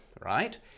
right